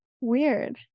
Weird